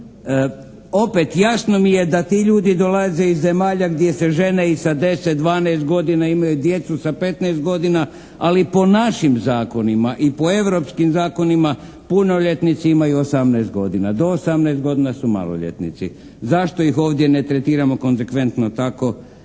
Opet jasno mi je da ti ljudi dolaze iz zemalja gdje se žene i sa 10, 12 godina, imaju djecu sa 15 godina. Ali po našim zakonima i po europskim zakonima punoljetnici imaju 18 godina. Do 18 godina su maloljetnici. Zašto ih ovdje ne tretiramo konzekventno tako